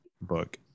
book